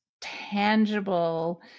tangible